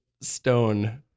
stone